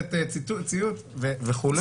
שמצטט ציוץ וכולי.